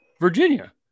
Virginia